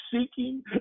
seeking